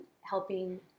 helping